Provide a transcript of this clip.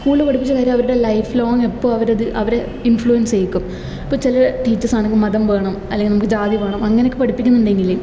സ്കൂളിൽ പഠിപ്പിച്ച കാര്യം അവരുടെ ലൈഫ് ലോങ്ങ് എപ്പോഴും അവരത് അവരെ ഇൻഫ്ലുവെൻസ് ചെയ്യിക്കും ഇപ്പോൾ ചില ടീച്ചേഴ്സാണെങ്കിൽ മതം വേണം അല്ലെങ്കിൽ നമുക്ക് ജാതി വേണം അങ്ങനെയൊക്കെ പഠിപ്പിക്കുന്നുണ്ടെങ്കില്